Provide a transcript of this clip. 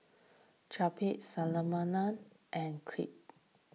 Japchae and Crepe